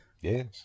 Yes